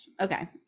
Okay